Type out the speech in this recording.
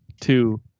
two